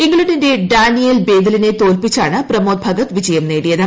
ഇംഗ്ലണ്ടിന്റെ ഡാനിയേൽ ബേദലിനെ തോൽപ്പിച്ചാണ് പ്രമോദ് ഭഗത് വിജയം നേടിയത്